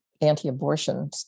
anti-abortion